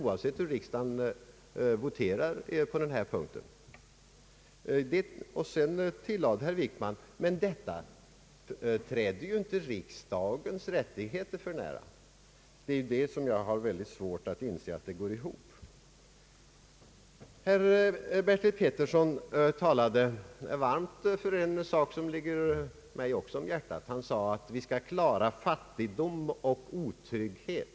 Herr Wickman tillade att ett sådant förfarande inte träder riksdagens rättigheter för nära. Jag har mycket svårt att förstå detta resonemang. Herr Bertil Petersson talade varmt för en sak som ligger också mig om hjärtat. Han sade att vi skall klara av fattigdom och otrygghet.